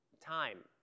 Time